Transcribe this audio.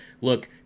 look